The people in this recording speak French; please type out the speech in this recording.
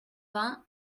vingt